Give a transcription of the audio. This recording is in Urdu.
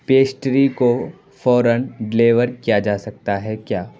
پیسٹری کو فوراً ڈلیور کیا جا سکتا ہے کیا